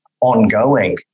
ongoing